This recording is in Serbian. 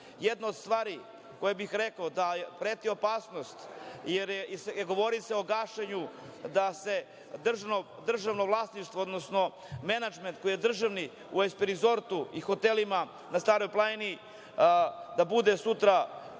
od stvari koje bih rekao je da preti opasnost, govori se o gašenju, da se državno vlasništvo, odnosno menadžment koji je državni u „SP Resortu“ i hotelima na Staroj planini da bude sutra